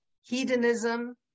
Hedonism